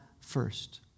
first